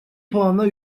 puanla